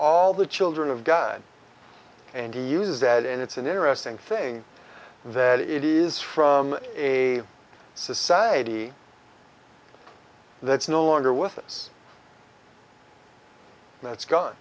all the children of god and he uses that and it's an interesting thing that it is from a society that's no longer with us that's gone